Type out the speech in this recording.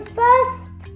first